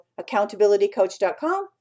accountabilitycoach.com